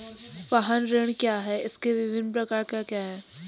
वाहन ऋण क्या है इसके विभिन्न प्रकार क्या क्या हैं?